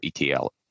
ETL